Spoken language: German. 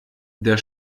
der